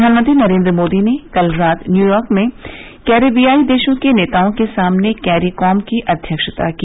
प्र्यानमंत्री नरेन्द्र मोदी ने कल रात न्यूयार्क में कैरेवियाई देशों के नेताओं के सामने कैरीकॉम की अध्यक्षता की